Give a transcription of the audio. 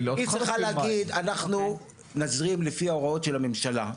היא צריכה להגיד אנחנו נזרים לפי ההוראות של הממשלה.